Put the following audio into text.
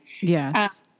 Yes